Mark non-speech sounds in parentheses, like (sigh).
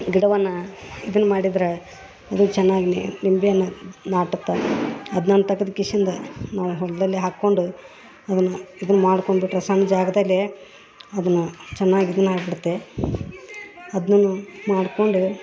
ಗಿಡವನ್ನ ಇದನ್ನ ಮಾಡಿದ್ರ ಅದು ಚೆನ್ನಾಗಿ ನಿಂಬೆ ಹಣ್ಣ ನಾಟತ್ತ ಅದು ನಾನು ತಗದು ಕಿಶಿಂದ ನಾವು ಹೊಲದಲ್ಲಿ ಹಾಕೊಂಡು ಅದನ್ನ ಇದನ್ನ ಮಾಡ್ಕೊಂಡ್ಬಿಟ್ಟರೆ ಸಣ್ಣ ಜಾಗದಲ್ಲಿ ಅದನ್ನ ಚೆನ್ನಾಗ್ (unintelligible) ಬಿಡತ್ತೆ ಅದ್ನನು ಮಾಡ್ಕೊಂಡು